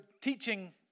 teaching